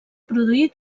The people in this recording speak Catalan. produir